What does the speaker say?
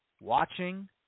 watching